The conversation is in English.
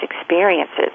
experiences